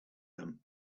them